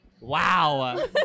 Wow